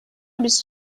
بیست